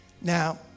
Now